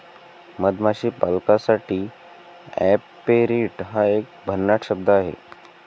मधमाशी पालकासाठी ऍपेरिट हा एक भन्नाट शब्द आहे